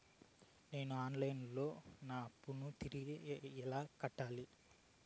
నేను online లో నా అప్పును తిరిగి ఎలా కట్టాలి?